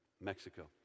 Mexico